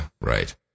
right